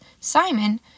Simon